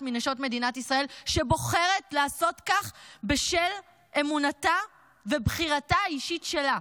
מנשות מדינת ישראל שבוחרת לעשות כך בשל אמונתה ובחירתה האישית שלה.